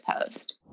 post